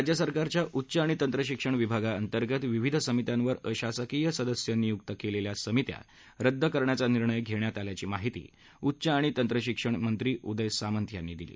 राज्य सरकारच्या उच्च आणि तंत्रशिक्षण विभागा अंतर्गत विविध समित्यांवर अशासकीय सदस्य नियुक्त केलेल्या समित्या रद्द करण्याचा निर्णय घेण्यात आल्याची माहिती उच्च आणि तंत्रशिक्षण मंत्री उदय सामंत यांनी दिली